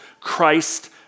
Christ